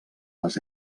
les